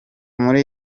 muri